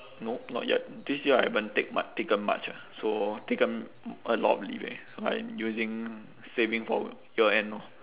nope not yet this year I haven't take mu~ taken much ah so taken a lot of leave eh I'm using saving for year end lor